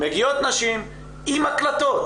מגיעות נשים עם הקלטות